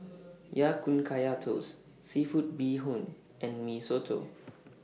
Ya Kun Kaya Toast Seafood Bee Hoon and Mee Soto